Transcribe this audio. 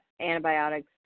antibiotics